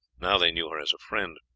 now they knew her as a friend.